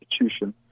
institution